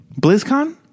blizzcon